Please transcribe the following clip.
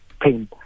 pain